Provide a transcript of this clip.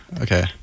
okay